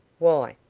why,